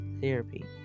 therapy